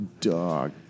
dog